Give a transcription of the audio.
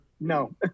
no